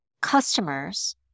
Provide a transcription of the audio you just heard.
customers